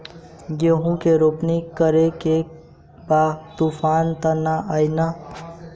गेहूं के रोपनी करे के बा तूफान त ना आई न?